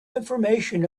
information